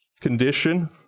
condition